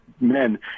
men